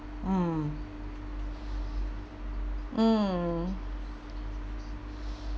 mm mm